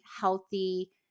healthy